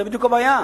זו בדיוק הבעיה.